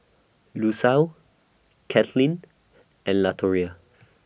Lucile Caitlyn and Latoria